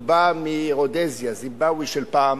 הוא בא מרודזיה, זימבבואה של פעם.